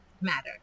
matter